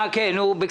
היו לו כל מיני